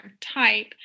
type